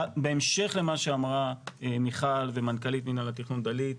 בהמשך למה שאמרה מיכל ומנכ"לית מינהל התכנון דלית,